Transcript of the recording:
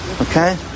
okay